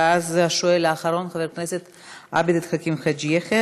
השואל האחרון, חבר הכנסת עבד אל חכים חאג' יחיא.